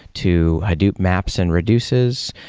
to hadoop maps and reduces,